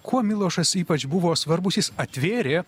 kuo milošas ypač buvo svarbus jis atvėrė